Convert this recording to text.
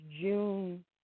June